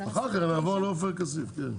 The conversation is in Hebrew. אחר נעבור לעופר כסיף, כן.